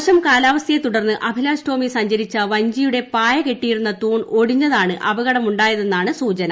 മോശം കാലാവസ്ഥയെ തുടർന്ന് അഭിലാഷ് ടോമി സഞ്ചരിച്ച വഞ്ചിയുടെ പായ കെട്ടിയിരുന്ന തൂൺ ഒടിഞ്ഞതാണ് അപകടമുണ്ടായതെന്നാണ് സൂചന